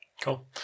Cool